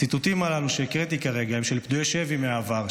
הציטוטים הללו שהקראתי כרגע הם של פדויי שבי מהעבר,